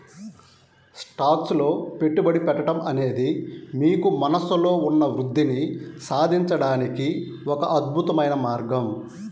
stocks లో పెట్టుబడి పెట్టడం అనేది మీకు మనస్సులో ఉన్న వృద్ధిని సాధించడానికి ఒక అద్భుతమైన మార్గం